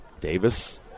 Davis